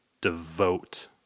devote